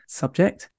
subject